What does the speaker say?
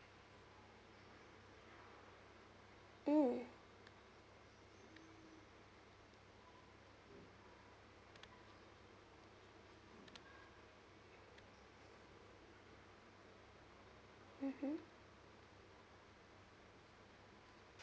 mm mmhmm